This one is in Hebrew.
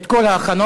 את כל ההכנות.